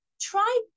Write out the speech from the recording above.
try